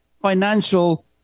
financial